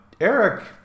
Eric